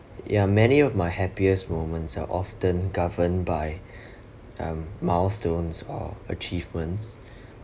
ya many of my happiest moments are often governed by um milestones or achievements